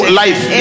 life